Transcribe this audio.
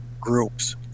groups